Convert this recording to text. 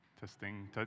Testing